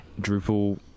Drupal